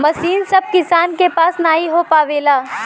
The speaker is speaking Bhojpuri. मसीन सभ किसान के पास नही हो पावेला